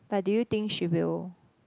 but do you think she will